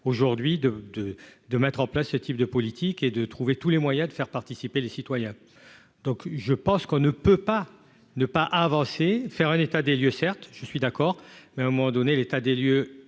aujourd'hui de de de mettre en place ce type de politique et de trouver tous les moyens de faire participer les citoyens. Donc je pense qu'on ne peut pas ne pas avancer, faire un état des lieux. Certes je suis d'accord mais à un moment donné l'état des lieux